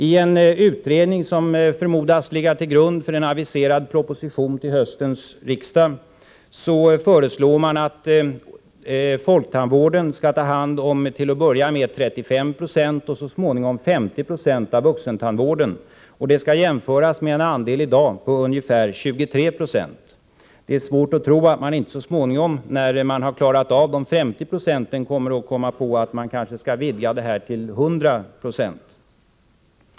I en utredning som förmodas ligga till grund för en aviserad proposition till höstens riksdag föreslår man att folktandvården skall ta hand om till att börja med 35 96 och så småningom 50 26 av vuxentandvården. Detta skall jämföras med en andel i dag på ungefär 23 20. Det är svårt att tro att man inte så småningom, när man har klarat av dessa 50 96, kommer att komma på att man kanske skall vidga detta till 100 26.